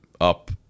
up